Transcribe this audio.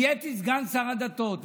נהייתי סגן שר הדתות,